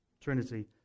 Trinity